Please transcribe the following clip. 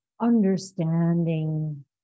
understanding